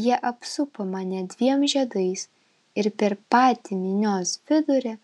jie apsupo mane dviem žiedais ir per patį minios vidurį